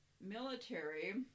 military